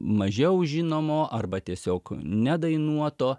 mažiau žinomo arba tiesiog nedainuoto